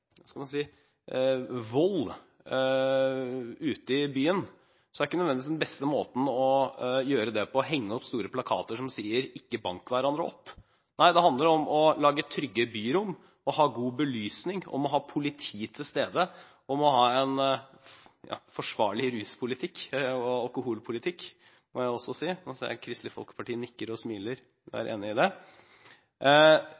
man si – vold ute i byen, er ikke nødvendigvis den beste måten å gjøre det på å henge opp store plakater som sier: Ikke bank hverandre opp. Nei, det handler om å lage trygge byrom, om å ha god belysning, om å ha politi til stede og om å ha en forsvarlig rus- og alkoholpolitikk, må jeg også si. Nå ser jeg at Kristelig Folkeparti nikker og smiler og er enig i det.